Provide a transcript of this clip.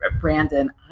Brandon